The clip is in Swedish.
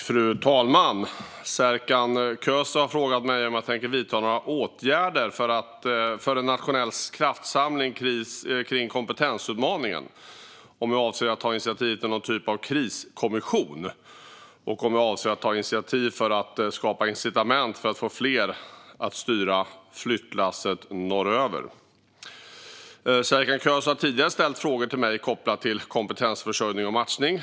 Fru talman! Serkan Köse har frågat mig om jag tänker vidta några åtgärder för en nationell kraftsamling kring kompetensutmaningen, om jag avser att ta initiativ till någon typ av kriskommission och om jag avser att ta initiativ för att skapa incitament för att få fler att styra flyttlasset norröver. Serkan Köse har tidigare ställt frågor till mig kopplade till kompetensförsörjning och matchning.